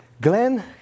Glenn